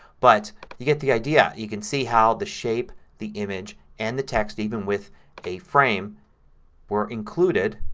but you get the idea. you can see how the shape, the image, and the text even with a frame were included